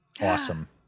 awesome